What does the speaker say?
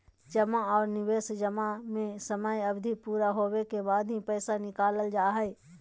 जमा आर निवेश जमा में समय अवधि पूरा होबे के बाद ही पैसा निकालल जा हय